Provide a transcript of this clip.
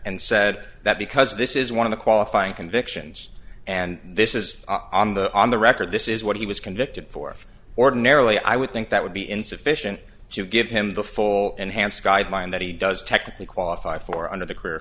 and said that because this is one of the qualifying convictions and this is on the on the record this is what he was convicted for ordinarily i would think that would be insufficient to give him the full enhanced guideline that he does technically qualify for under the career